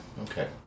Okay